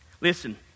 Listen